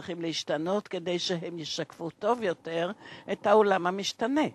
צריך להשתנות כדי שישקף טוב יותר את העולם המשתנה.